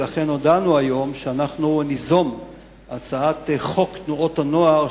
ולכן הודענו היום שאנחנו ניזום הצעת חוק תנועות הנוער,